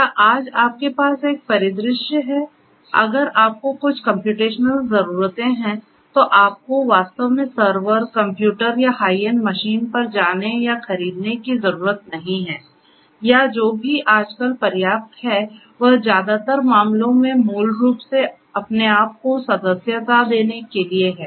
क्या आज आपके पास एक परिदृश्य है अगर आपको कुछ कम्प्यूटेशनल ज़रूरतें हैं तो आपको वास्तव में सर्वर कंप्यूटर या हाईएंड मशीन पर जाने या खरीदने की ज़रूरत नहीं है या जो भी आजकल पर्याप्त है वह ज्यादातर मामलों में मूल रूप से अपने आप को सदस्यता देने के लिए है